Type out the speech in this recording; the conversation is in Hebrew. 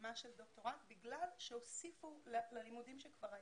ברמה של דוקטורט בגלל שהוסיפו ללימודים שכבר היו.